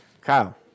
Kyle